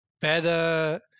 better